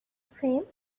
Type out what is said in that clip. fame